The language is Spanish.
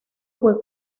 fue